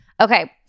Okay